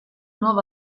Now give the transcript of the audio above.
nuovo